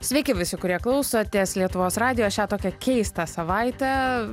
sveiki visi kurie klausotės lietuvos radijo šią tokią keistą savaitę